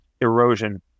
erosion